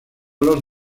los